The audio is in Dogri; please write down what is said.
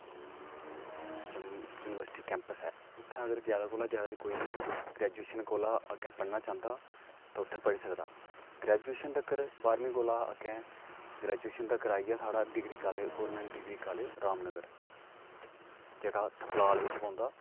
जम युनिवर्सिटी कैंपस ऐ उत्थैं अगर जादै कोला जादै कोई ग्रेजूएशन कोला अग्गें पढ़ना चाहंदा ते उत्थै पढ़ी सकदा ग्रेजूएशन तक्कर बारहमीं कोला अग्गैं ग्रेजूएशन तक्कर आइया साढ़ा degree college government degree college Ramnagar जेह्ड़ा थपलाल बिच पौंदा